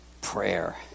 prayer